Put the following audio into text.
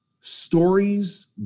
stories